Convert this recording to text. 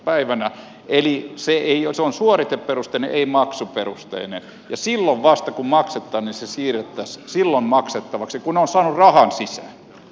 päivänä eli se on suoriteperusteinen ei maksuperusteinen ja silloin vasta kun maksetaan se siirrettäisiin silloin maksettavaksi kun on saanut rahan sisään